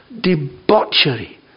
debauchery